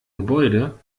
gebäude